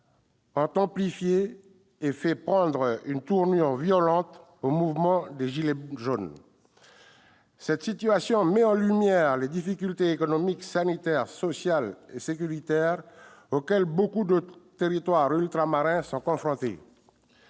ont amplifié et fait prendre une tournure violente au mouvement des « gilets jaunes ». Cette situation met en lumière les difficultés économiques, sanitaires, sociales et sécuritaires auxquelles nombre de territoires ultramarins sont confrontés.